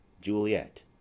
Juliet